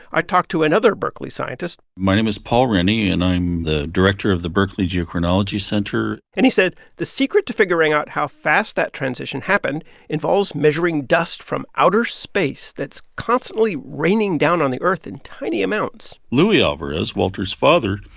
i talked to another berkeley scientist my name is paul renne, and i'm the director of the berkeley geochronology center and he said the secret to figuring out how fast that transition happened involves measuring dust from outer space that's constantly raining down on the earth in tiny amounts luis alvarez, walter's father,